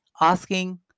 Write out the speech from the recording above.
asking